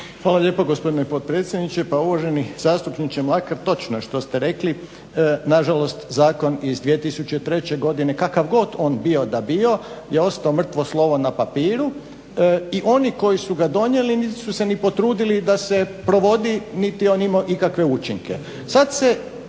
Hvala lijepo gospodine potpredsjedniče. Pa uvaženi zastupniče Mlakar točno je što ste rekli, nažalost zakon iz 2003.godine kakav god on bio da bio je ostao mrtvo slovo na papiru i oni koji su ga donijeli nisu se ni potrudili da se provodi niti je on imao nikakve učinke.